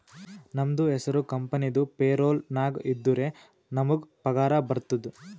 ನಮ್ದು ಹೆಸುರ್ ಕಂಪೆನಿದು ಪೇರೋಲ್ ನಾಗ್ ಇದ್ದುರೆ ನಮುಗ್ ಪಗಾರ ಬರ್ತುದ್